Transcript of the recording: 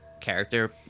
character